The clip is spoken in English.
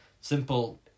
Simple